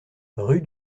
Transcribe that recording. rue